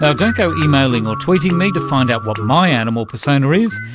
ah don't go emailing or tweeting me to find out what my animal persona is.